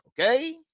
Okay